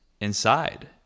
inside